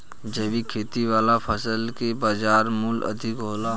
जैविक खेती वाला फसल के बाजार मूल्य अधिक होला